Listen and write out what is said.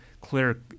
clear